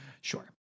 Sure